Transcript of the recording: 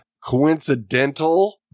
coincidental